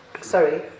Sorry